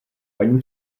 paní